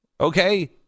okay